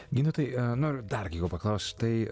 gintautai noriu dar kai ko paklaust štai